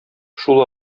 шул